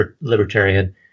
libertarian